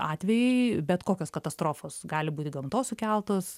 atvejai bet kokios katastrofos gali būti gamtos sukeltos